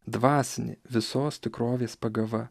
dvasinė visos tikrovės pagava